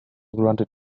granted